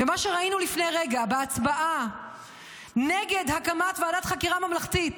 מה שראינו לפני רגע בהצבעה נגד הקמת ועדת החקירה ממלכתית,